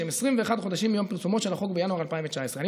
שהם 21 חודשים מיום פרסומו של החוק בינואר 2019. אני